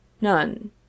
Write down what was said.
None